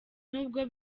n’ubwo